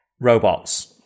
robots